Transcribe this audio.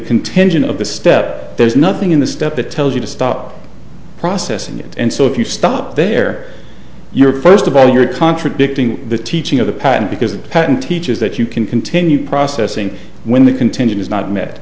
contingent of the step there's nothing in the step that tells you to stop processing it and so if you stop there you're first of all you're contradicting the teaching of the patent because the patent teaches that you can continue processing when the contingent is not met